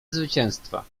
zwycięstwa